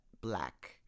Black